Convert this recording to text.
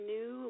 New